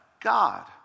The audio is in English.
God